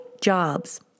jobs